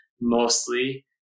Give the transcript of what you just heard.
mostly